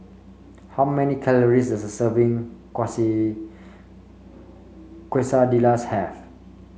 how many calories does serving Quesadillas have